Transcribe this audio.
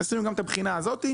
עשינו גם את הבחינה הזאת.